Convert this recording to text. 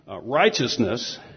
righteousness